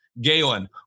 Galen